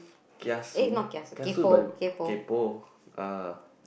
kiasu kiasu but kaypo ah